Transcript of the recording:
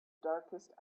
darkest